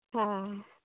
ᱦᱚᱸ